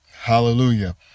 Hallelujah